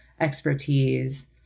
expertise